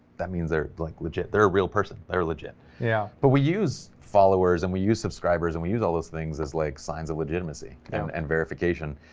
that means they're like legit, they're a real person, they're legit yeah, but we use followers and we use subscribers, and we use all those things as like signs of legitimacy and and verification.